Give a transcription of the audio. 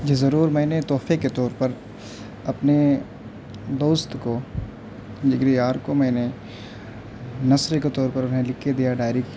جی ضرور میں نے تحفے کے طور پر اپنے دوست کو جگری یار کو میں نے نثر کے طور پر انہیں لکھ کے دیا ڈائری